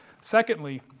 Secondly